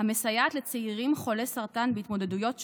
המסייעת לצעירים חולי סרטן בהתמודדויות שונות,